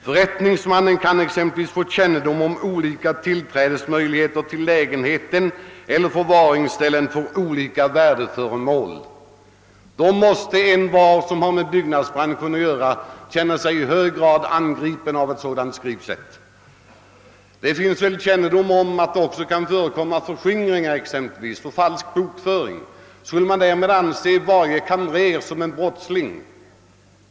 Förrättningsmannen kan exempelvis få kännedom om olika tillträdesmöjligheter till lägenheten eller förvaringsställen för olika värdeföremål.» Var och en som har med byggnadsbranschen att göra känner sig angripen av ett sådant skrivsätt. Vi vet alla att det förekommer förskingringar och falsk bokföring. Skall man fördenskull anse att varje kamrer är en brottsling?